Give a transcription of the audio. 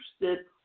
interested